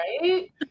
Right